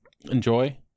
enjoy